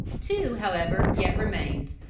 two, however, yet remained,